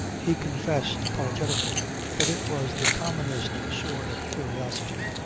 he confessed apologetically that it was the commonest sort of curiosity.